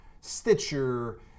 Stitcher